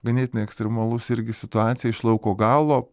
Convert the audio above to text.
ganėtinai ekstremalus irgi situacija iš lauko galo